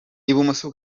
ibumoso